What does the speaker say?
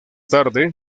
tarde